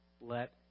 let